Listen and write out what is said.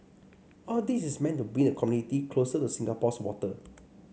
all this is meant to bring the community closer to Singapore's water